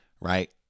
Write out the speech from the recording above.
right